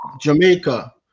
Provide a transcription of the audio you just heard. Jamaica